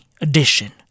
edition